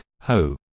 Ho